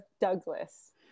Douglas